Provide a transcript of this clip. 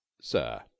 sir